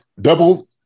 double